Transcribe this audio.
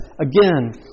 Again